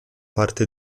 parte